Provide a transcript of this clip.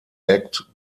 act